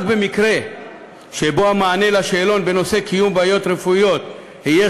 רק במקרה שבו המענה על השאלון בנושא קיום בעיות רפואיות יהיה